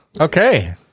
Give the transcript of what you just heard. Okay